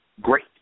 great